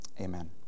Amen